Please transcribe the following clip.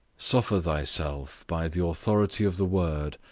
suffer thyself, by the authority of the word,